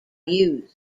used